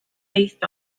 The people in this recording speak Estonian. teist